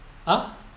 ah